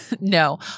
No